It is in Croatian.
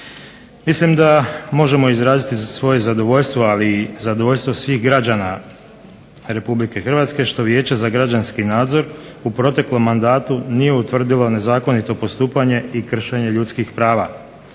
Mislim da možemo izjaviti svoje zadovoljstvo ali i svih građana Republike Hrvatske što Vijeće za građanski nadzor u proteklom mandatu nije utvrdilo nezakonito postupanje i kršenje ljudskih prava.